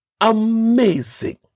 Amazing